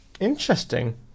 interesting